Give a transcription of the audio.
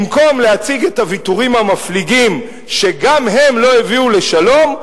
במקום להציג את הוויתורים המפליגים שגם הם לא הביאו לשלום,